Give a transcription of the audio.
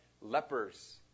lepers